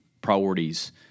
priorities